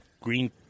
green